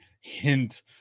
hint